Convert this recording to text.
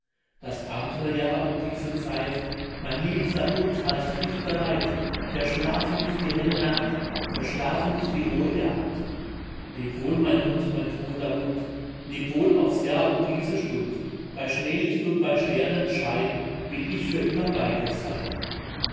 das andre jahr um diese zeit mein liebster hund halt dich bereit verschlafe nicht die helle nacht verschlafe nicht die hohe jagd leb wohl mein hund mein toter hund leb wohl aufs jahr um diese stund bei schneelicht und bei sternenschein will ich für immer bei dir sein